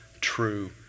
true